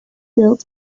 built